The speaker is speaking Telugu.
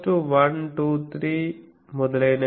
కి సమానం